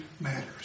matters